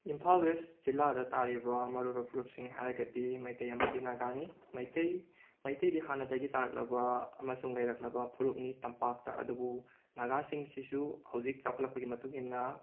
Imphal west ꯖꯤꯜꯥꯗ ꯇꯥꯔꯤꯕ ꯃꯔꯨ ꯑꯣꯏꯕ ꯐꯨꯔꯨꯞꯁꯤꯡ ꯍꯥꯏꯔꯒꯗꯤ ꯃꯩꯇꯩ ꯑꯃꯗꯤ ꯅꯥꯒꯥꯅꯤ ꯃꯩꯇꯩ ꯃꯩꯇꯩꯗꯤ ꯍꯥꯟꯅꯗꯒꯤ ꯇꯥꯔꯛꯂꯕ ꯑꯃꯁꯨꯡ ꯂꯩꯔꯛꯂꯕ ꯐꯨꯔꯨꯞꯅꯤ ꯇꯝꯄꯥꯛꯇ ꯑꯗꯨꯕꯨ ꯅꯥꯒꯥꯁꯤꯡꯁꯤꯁꯨ ꯍꯧꯖꯤꯛ ꯆꯥꯎꯈꯠꯂꯛꯄꯒꯤ ꯃꯇꯨꯡ ꯏꯟꯅ